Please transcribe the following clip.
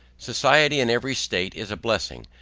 society in every state is a blessing,